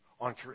on